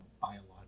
biological